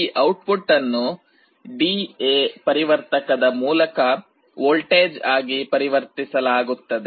ಈ ಔಟ್ಪುಟ್ ಅನ್ನು ಡಿಎ ಪರಿವರ್ತಕದ ಮೂಲಕ ವೋಲ್ಟೇಜ್ ಆಗಿ ಪರಿವರ್ತಿಸಲಾಗುತ್ತದೆ